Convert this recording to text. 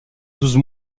douze